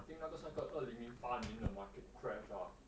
I think 那个是那个二零零八年的 market crash ah